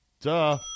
Duh